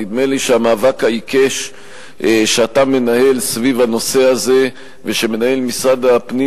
נדמה לי שהמאבק העיקש שאתה מנהל סביב הנושא הזה ושמשרד הפנים